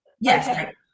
Yes